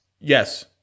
Yes